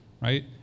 right